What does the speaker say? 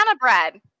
bread